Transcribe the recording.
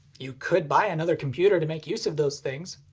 you could buy another computer to make use of those things,